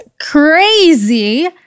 crazy